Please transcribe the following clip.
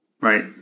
Right